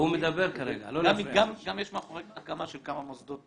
גם יש מאחוריי הקמה של כמה מוסדות